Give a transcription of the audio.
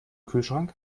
kühlschrank